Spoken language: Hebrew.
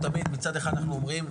תמיד מצד אחד אנחנו אומרים,